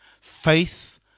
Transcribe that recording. Faith